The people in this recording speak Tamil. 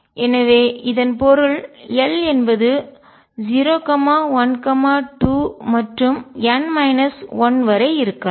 எனவே இதன் பொருள் l என்பது 0 1 2 மற்றும் n 1 வரை இருக்கலாம்